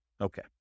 Okay